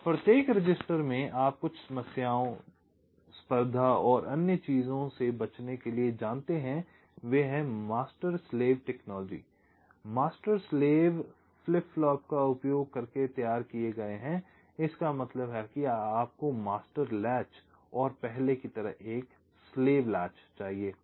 अब प्रत्येक रजिस्टर में आप कुछ समस्याओं दौड़ और अन्य चीजों से बचने के लिए जानते हैं वे master slave technology master slave flip flop का उपयोग करके तैयार किए गए हैं इसका मतलब है आपको मास्टर लैच और पहले की तरह एक स्लेव लैच चाहिए